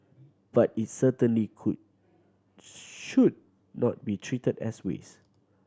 but it certainly could should not be treated as waste